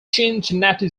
cincinnati